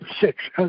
six